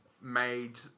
Made